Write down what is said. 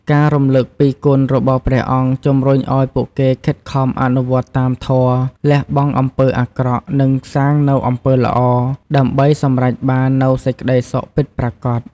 ការរំលឹកពីគុណរបស់ព្រះអង្គ ជំរុញឱ្យពួកគេខិតខំអនុវត្តតាមធម៌ លះបង់អំពើអាក្រក់ និងសាងនូវអំពើល្អ ដើម្បីសម្រេចបាននូវសេចក្ដីសុខពិតប្រាកដ។